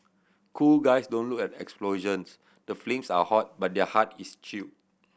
cool guys don't look at explosions the flames are hot but their heart is chilled